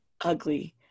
ugly